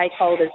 stakeholders